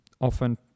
often